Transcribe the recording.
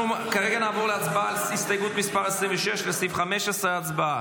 אנחנו כרגע נעבור להצבעה על הסתייגות 26 לסעיף 15. הצבעה.